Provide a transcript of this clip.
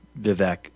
Vivek